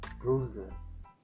bruises